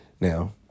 Now